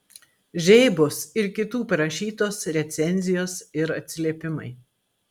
žeibos ir kitų parašytos recenzijos ir atsiliepimai